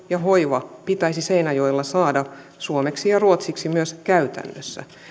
ja hoiva pitäisi seinäjoella saada suomeksi ja ruotsiksi myös käytännössä